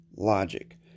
Logic